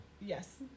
Yes